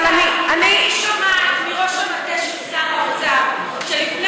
אני שומעת מראש המטה של שר האוצר שלפני